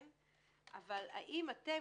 אבל האם אתם,